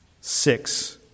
six